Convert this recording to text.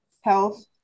Health